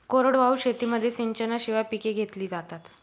कोरडवाहू शेतीमध्ये सिंचनाशिवाय पिके घेतली जातात